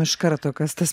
iš karto kas tas